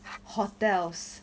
hotels